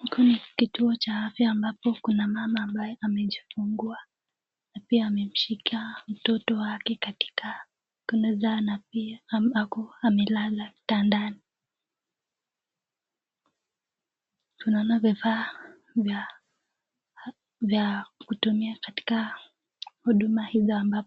Haku ni kituo cha afya ambapo kuna mama ambaye amejifungua na pia amemshika mtoto wake katika amelala kitandani tunaona vifaa vya kutumia katika huduma hiyo